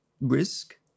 risk